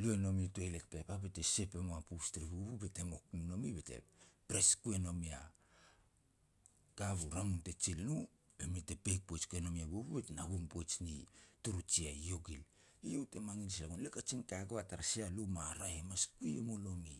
lui e nomi toilet pepa bete sep e mua pus tere bubu be te mok ne nomi be te press ku e no mi a ka bu ramun te jil i no, be mi te peik poij ke no mi e bubu bet na gum poaj na turu jia i iogil. Iau te mangil sila ua goan. Le kajin ka gua tara sia luma raeh e mas kui e mulomi.